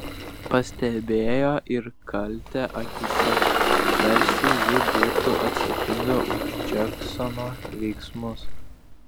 pastebėjo ir kaltę akyse tarsi ji būtų atsakinga už džeksono veiksmus